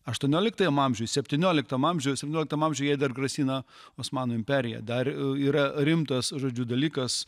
aštuonioliktajam amžiuj septynioliktam amžiuj septynioliktam amžiuj jai dar grasina osmanų imperija dar yra rimtas žodžiu dalykas